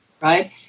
right